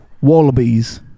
wallabies